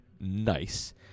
nice